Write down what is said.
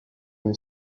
une